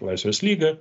laisvės lyga